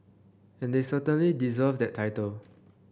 and they certainly deserve that title